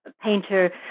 painter